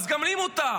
אז גם לי מותר,